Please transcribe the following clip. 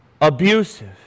abusive